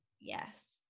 Yes